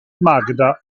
magda